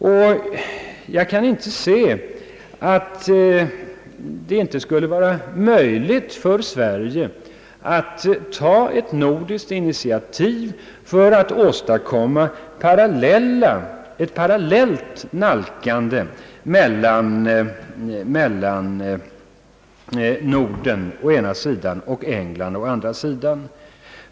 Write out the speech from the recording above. Enligt min mening bör det vara möjligt för Sverige att ta ett nordiskt initiativ för att åstadkomma ett parallellt nalkande till EEC från Norden å ena sidan och England å andra sidan.